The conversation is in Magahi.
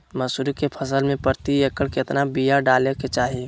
मसूरी के फसल में प्रति एकड़ केतना बिया डाले के चाही?